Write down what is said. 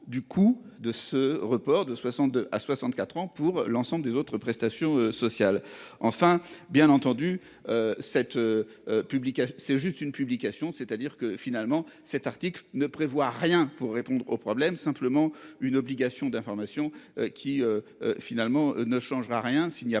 du coup de ce report de 62 à 64 ans pour l'ensemble des autres prestations sociales enfin bien entendu cette. Publication c'est juste une publication c'est-à-dire que finalement cet article ne prévoit rien pour répondre au problème simplement une obligation d'information qui. Finalement ne changera rien s'il n'y a